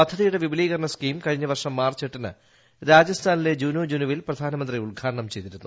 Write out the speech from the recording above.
പദ്ധതിയുടെ വിപൂലീകരണ സ്കീം കഴിഞ്ഞവർഷം മാർച്ച് എട്ടിന് രാജസ്ഥാനിലെ ജൂനിജൂനുവിൽ പ്രധാനമന്ത്രി ഉദ്ഘാടനം ചെയ്തിരുന്നു